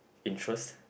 interest